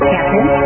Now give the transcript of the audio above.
Captain